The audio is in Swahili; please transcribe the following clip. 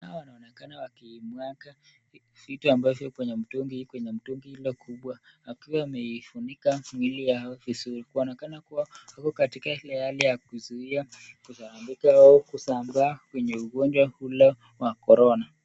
Hawa wanaonekana wakimwaga vitu kwenye mtungi ile kubwa wakiwa wamefunika miili yao vizuri. Wanaonekana kuwa wako katika ile hali ya kuzuia kusambaa kwenye ugonjwa ule wa Corona.